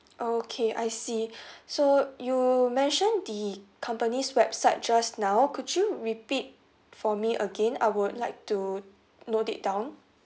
oh okay I see so you mentioned the company's website just now could you repeat for me again I would like to note it down